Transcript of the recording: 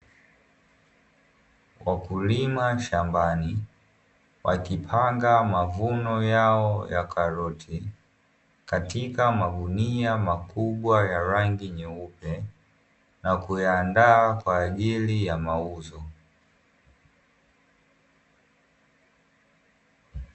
Wakulima shambani wakipanga mavuno yao ya karoti, katika magunia makubwa ya rangi nyeupe na kuyaandaa kwa ajili ya mauzo.